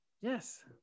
Yes